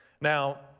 Now